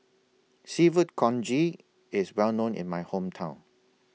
Seafood Congee IS Well known in My Hometown